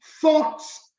thoughts